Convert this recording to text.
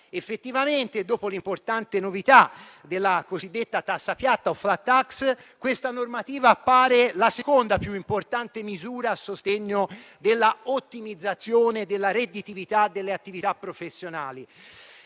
Effettivamente, dopo l'importante novità della cosiddetta tassa piatta o *flat tax,* questa normativa appare la seconda più importante misura a sostegno dell'ottimizzazione della redditività delle attività professionali.